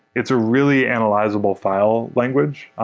it's a really analyzable file language,